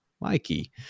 Mikey